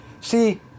See